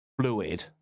fluid